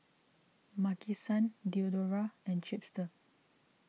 Maki San Diadora and Chipster